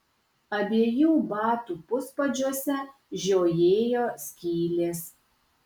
abiejų batų puspadžiuose žiojėjo skylės